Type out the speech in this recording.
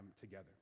together